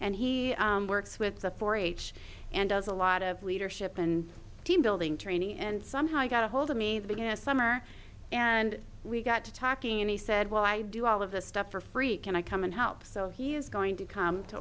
and he works with the four h and does a lot of leadership and team building training and somehow he got ahold of me the biggest summer and we got to talking and he said well i do all of this stuff for free can i come and help so he is going to come to